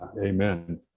amen